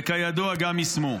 וכידוע, גם יישמו.